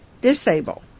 disable